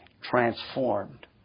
transformed